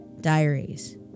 diaries